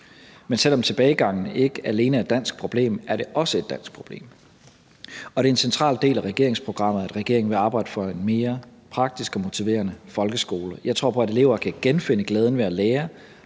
Men selv om tilbagegangen ikke alene er et dansk problem, er det også et dansk problem. Det er en central del af regeringsprogrammet, at regeringen vil arbejde for en mere praktisk og motiverende folkeskole. Jeg tror på, at elever kan genfinde glæden ved at lære